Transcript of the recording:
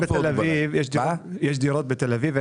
יש דירות בתל אביב,